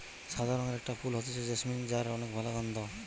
সাদা রঙের একটা ফুল হতিছে জেসমিন যার অনেক ভালা গন্ধ